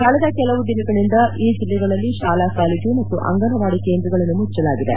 ಕಳೆದ ಕೆಲವು ದಿನಗಳಿಂದ ಈ ಜಿಲ್ಲೆಗಳಲ್ಲಿ ಶಾಲಾ ಕಾಲೇಜು ಮತ್ತು ಅಂಗನವಾಡಿ ಕೇಂದ್ರಗಳನ್ನು ಮುಚ್ಚಲಾಗಿದೆ